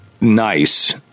nice